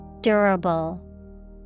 Durable